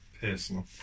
personal